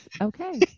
Okay